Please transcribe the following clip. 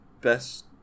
best